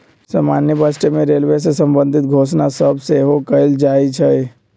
समान्य बजटे में रेलवे से संबंधित घोषणा सभ सेहो कएल जाइ छइ